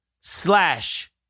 slash